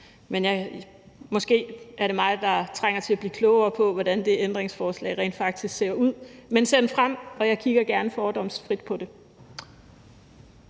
her. Måske er det mig, der trænger til at blive klogere på, hvordan det ændringsforslag rent faktisk ser ud; men send det frem, så kigger jeg gerne fordomsfrit på det.